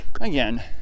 Again